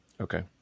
Okay